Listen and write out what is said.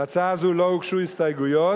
להצעה זו לא הוגשו הסתייגויות,